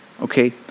Okay